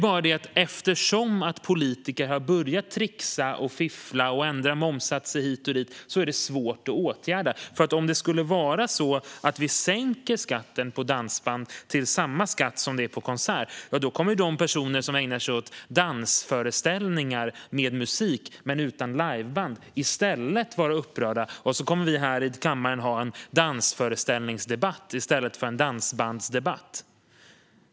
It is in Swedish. Men eftersom politiker har börjat trixa, fiffla och ändra momssatser hit och dit är det svårt att åtgärda detta. Om vi sänker skatten för dansband till samma skatt som det är för konserter kommer i stället de personer som ägnar sig åt dansföreställningar med musik men utan liveband att bli upprörda. Då får vi här i kammaren ha en dansföreställningsdebatt i stället för en dansbandsdebatt.